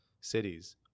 cities